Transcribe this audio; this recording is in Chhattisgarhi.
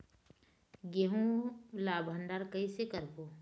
गेहूं ला भंडार कई से करबो?